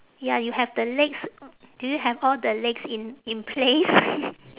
ya you have the legs do you have all the legs in in place